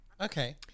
Okay